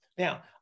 Now